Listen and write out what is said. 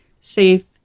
safe